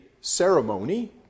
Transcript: ceremony